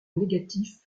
négatif